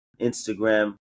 Instagram